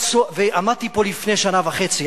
עמדתי פה לפני שנה וחצי,